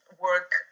work